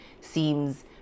seems